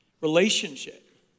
relationship